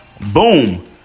boom